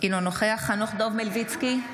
אינו נוכח חנוך דב מלביצקי,